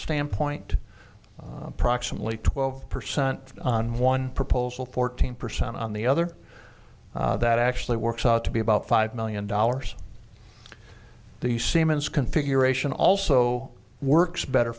standpoint approximately twelve percent on one proposal fourteen percent on the other that actually works out to be about five million dollars the siemens configuration also works better